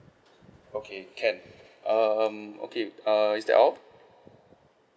okay can um okay uh is that all